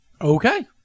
okay